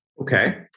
Okay